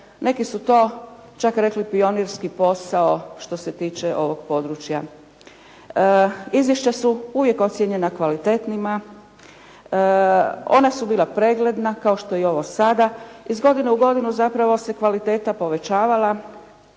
neki su čak rekli pionirski posao što se tiče ovoga područja. Izvješća su uvijek ocjenjena kvalitetnima, ona su bila pregledna kao što je i ovo sada, iz godine u godinu zapravo se kvaliteta povećavala,